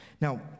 Now